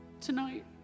tonight